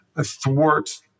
thwart